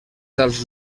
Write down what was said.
dels